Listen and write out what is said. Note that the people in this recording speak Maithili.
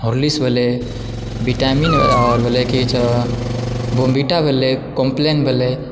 होर्लिक्स भेलै विटामिन और भेलै किछु बोर्नविटा भेलै कॉम्पलेन भेलै